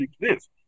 exist